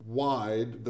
wide